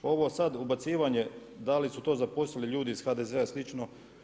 Ovo sad ubacivanje, da li su to zaposlili ljudi iz HDZ-a ili slično.